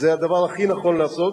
לכן גם המפלס עולה,